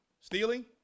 stealing